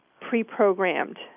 pre-programmed